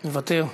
מוותר,